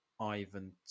Ivan